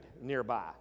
nearby